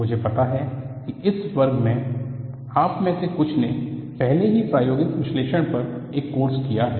मुझे पता है कि इस वर्ग में आप में से कुछ ने पहले ही प्रायोगिक विश्लेषण पर एक कोर्स किया है